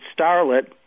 Starlet